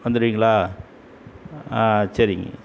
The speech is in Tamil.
வந்துவிடுவிங்களா ஆ சரிங்க